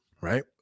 right